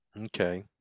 Okay